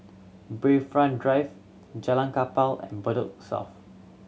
Bayfront Drive Jalan Kapal and Bedok South